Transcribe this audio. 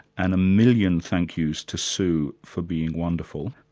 and a million thank yous to sue for being wonderful.